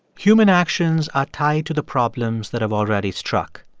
human actions are tied to the problems that have already struck.